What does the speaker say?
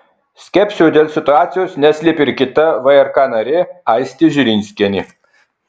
skepsio dėl situacijos neslėpė ir kita vrk narė aistė žilinskienė